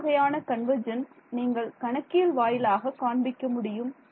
என்ன வகையான கன்வர்ஜென்ஸ் நீங்கள் கணக்கியல் வாயிலாக காண்பிக்க முடியும்